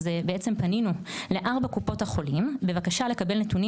פנינו לארבע קופות החולים בבקשה לקבל נתונים